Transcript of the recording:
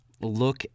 look